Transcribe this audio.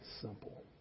simple